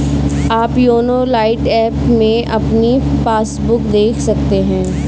आप YONO lite app में अपनी पासबुक देख सकते हैं